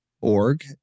org